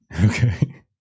Okay